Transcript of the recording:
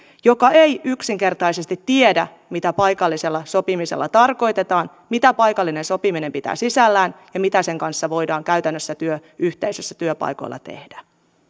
joka ei yksinkertaisesti tiedä mitä paikallisella sopimisella tarkoitetaan mitä paikallinen sopiminen pitää sisällään ja mitä sen kanssa voidaan käytännössä työyhteisössä työpaikoilla tehdä